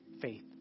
faith